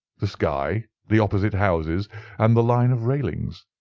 the sky, the opposite houses and the line of railings.